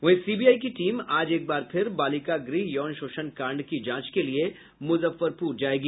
वहीं सीबीआई की टीम आज एक बार फिर बालिका गृह यौन शोषण कांड की जांच के लिए मुजफ्फरपुर जायेगी